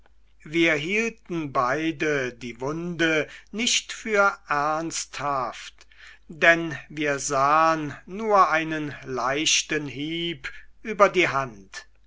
wir hielten beide die wunde nicht für ernsthaft denn wir sahen nur einen leichten hieb über die hand